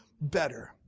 better